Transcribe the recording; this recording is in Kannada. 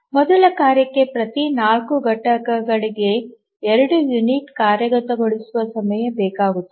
ಮೊದಲ ಕಾರ್ಯಕ್ಕೆ ಪ್ರತಿ 4 ಘಟಕಗಳಿಗೆ 2 ಯುನಿಟ್ ಕಾರ್ಯಗತಗೊಳಿಸುವ ಸಮಯ ಬೇಕಾಗುತ್ತದೆ